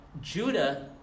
Judah